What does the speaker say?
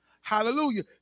Hallelujah